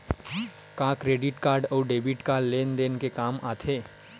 का क्रेडिट अउ डेबिट लेन देन के काम आथे?